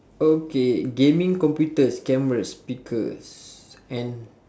okay gaming computers cameras speakers and